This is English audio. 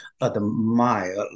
admire